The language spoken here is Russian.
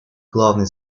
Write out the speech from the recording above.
главной